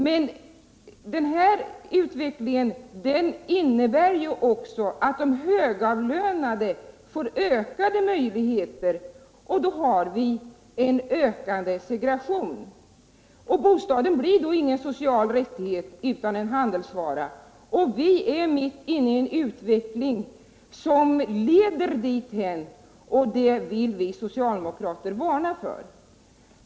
Men den här utvecklingen innebär fördelar för de högavlönade och ekonomiskt välbeställda, med en ökad segregation som följd. Bostaden blir ingen social rättighet utan en handelsvara. Vi är mitt inne ien utveckling som leder dithän, och det vill vi socialdemorkater varna för.